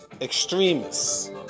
extremists